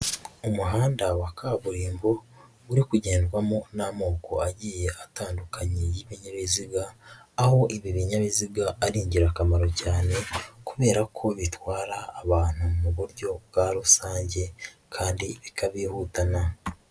Umuhanda wa kaburimbo, uri kugendwamo n'amoko agiye atandukanye y'ibinyabiziga, aho ibi binyabiziga ari ingirakamaro cyane kubera ko bitwara abantu mu buryo bwa rusange, kandi bikabihutana.